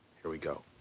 here we go.